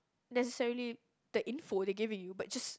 necessarily the info they gave you but just